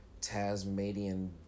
Tasmanian